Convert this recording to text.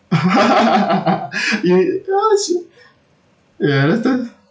ya ya is you ya that's that's